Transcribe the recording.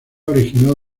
originó